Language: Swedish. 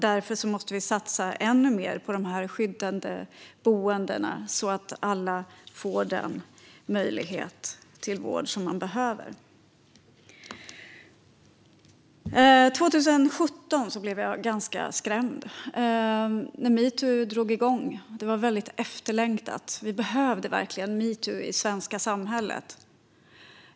Därför måste vi satsa ännu mer på dessa skyddade boenden så att alla får den omsorg de behöver. När metoo drog igång 2017 blev jag ganska skrämd. Det var efterlängtat, och vi behövde verkligen metoo i det svenska samhället.